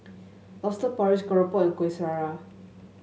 lobster porridge keropok and Kueh Syara